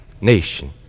nation